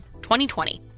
2020